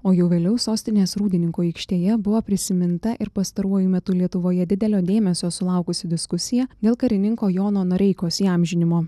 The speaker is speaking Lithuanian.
o jau vėliau sostinės rūdininkų aikštėje buvo prisiminta ir pastaruoju metu lietuvoje didelio dėmesio sulaukusi diskusija dėl karininko jono noreikos įamžinimo